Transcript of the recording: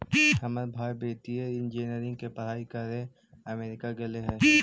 हमर भाई वित्तीय इंजीनियरिंग के पढ़ाई करे अमेरिका गेले हइ